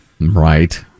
Right